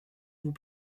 vous